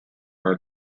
are